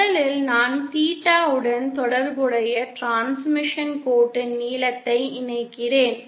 முதலில் நான் தீட்டாவுடன் தொடர்புடைய டிரான்ஸ்மிஷன் கோட்டின் நீளத்தை இணைக்கிறேன்